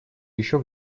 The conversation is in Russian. еще